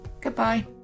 Goodbye